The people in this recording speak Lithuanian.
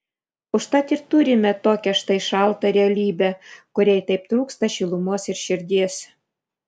užtat ir turime tokią štai šaltą realybę kuriai taip trūksta šilumos ir širdies